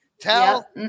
Tell